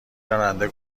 راننده